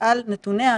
על ידי מי,